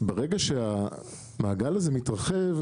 ברגע שהמעגל הזה מתרחב,